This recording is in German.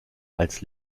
als